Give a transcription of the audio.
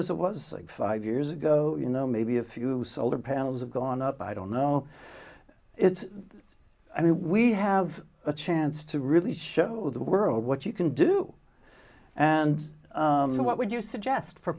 as it was like five years ago you know maybe a few solar panels have gone up i don't know it's i mean we have a chance to really show the world what you can do and what would you suggest for